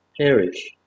perish